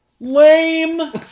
Lame